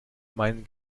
meinen